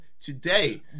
Today